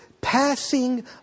passing